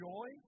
Joy